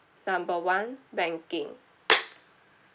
number one banking